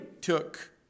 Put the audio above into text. took